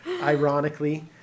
ironically